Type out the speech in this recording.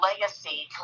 legacy